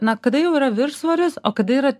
na kada jau yra viršsvoris o kada yra